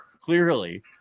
Clearly